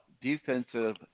defensive